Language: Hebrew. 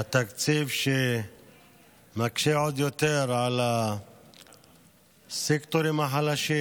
התקציב שמקשה עוד יותר על הסקטורים החלשים,